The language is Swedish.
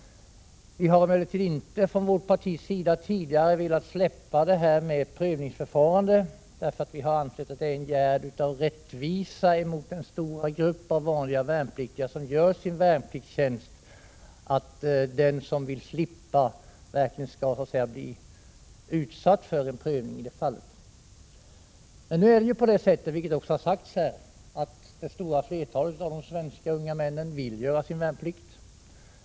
Från vårt partis sida har vi tidigare inte velat släppa detta prövningsförfarande. Vi anser att den är en gärd av rättvisa mot den stora grupp av vanliga värnpliktiga som gör sin värnpliktstjänst. Den som vill slippa bör verkligen bli utsatt för en prövning. Men nu är det så att det stora flertalet svenska unga män vill göra sin värnplikt.